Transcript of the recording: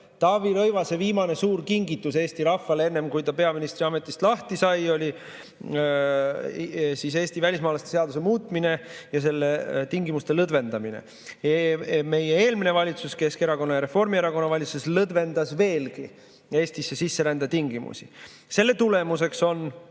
Taavi Rõivase viimane suur kingitus Eesti rahvale, enne kui ta peaministriametist lahti sai, oli välismaalaste seaduse muutmine ja selle tingimuste lõdvendamine. Eelmine valitsus, Keskerakonna ja Reformierakonna valitsus, lõdvendas Eestisse sisserände tingimusi veelgi. Selle tulemuseks on